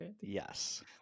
yes